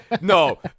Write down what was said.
no